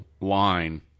line